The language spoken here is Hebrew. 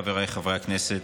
חבריי חברי הכנסת,